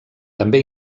també